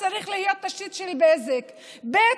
צריכה להיות לו תשתית של בזק, ב.